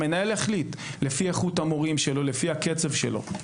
המנהל יחליט לפי איכות המורים שלו ולפי הקצב שלו.